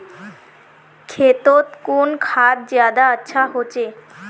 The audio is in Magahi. खेतोत कुन खाद ज्यादा अच्छा होचे?